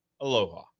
aloha